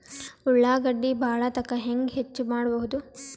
ಉಳ್ಳಾಗಡ್ಡಿ ಬಾಳಥಕಾ ಹೆಂಗ ಹೆಚ್ಚು ಮಾಡಬಹುದು?